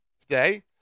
today